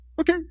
okay